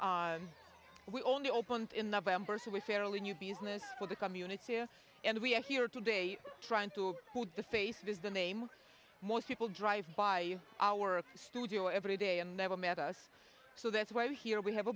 list we only opened in november so we're fairly new business for the community here and we're here today trying to the face is the name most people drive by our studio every day and never met us so that's why here we have a